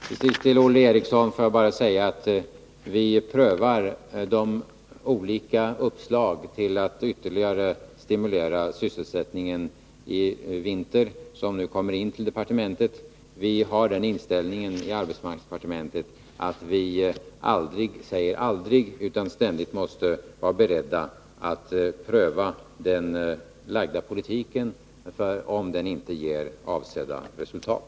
Till sist vill jag till Olle Eriksson bara säga att vi prövar de olika uppslag till att ytterligare stimulera sysselsättningen i vinter som nu kommer in till departementet. Vi har den inställningen i arbetsmarknadsdepartementet att vi aldrig säger aldrig utan ständigt är beredda att ompröva den förda politiken, om den inte ger avsedda resultat.